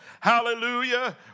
Hallelujah